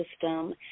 system